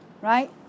right